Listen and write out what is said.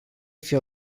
fie